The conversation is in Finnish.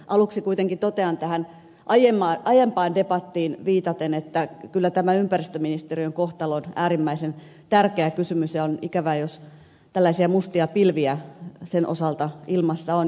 aluksi kuitenkin totean tähän aiempaan debattiin viitaten että kyllä tämä ympäristöministeriön kohtalo on äärimmäisen tärkeä kysymys ja on ikävää jos tällaisia mustia pilviä sen osalta ilmassa on